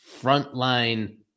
frontline